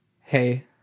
hey